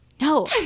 no